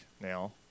now